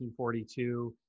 1942